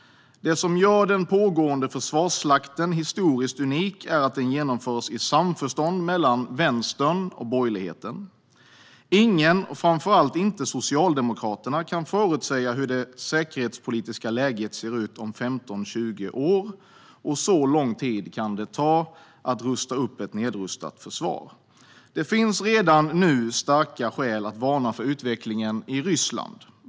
Det som gör den pågående försvarsslakten historiskt unik är att den genomförs i samförstånd mellan vänstern och borgerligheten. Ingen, framför allt inte Socialdemokraterna, kan förutsäga hur det säkerhetspolitiska läget kommer att se ut om 15-20 år, och så lång tid kan det ta att rusta upp ett nedrustat försvar. Det finns redan nu starka skäl att varna för utvecklingen i Ryssland.